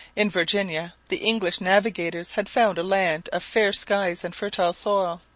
in virginia the english navigators had found a land of fair skies and fertile soil.